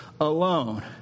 alone